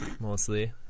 mostly